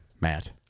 Matt